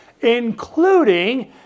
including